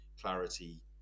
clarity